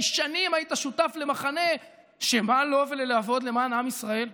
כי שנים היית שותף למחנה שמה לו וללעבוד למען עם ישראל?